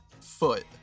Foot